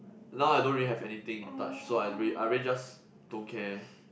now I don't really have anything but so I really I really just don't care